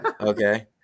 Okay